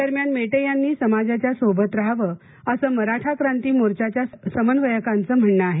दरम्यान मेटे यांनी समाजाच्या सोबत रहावे असे मराठा क्रांती मोर्चाच्या समन्वयकांचे म्हणणे आहे